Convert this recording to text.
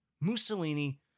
Mussolini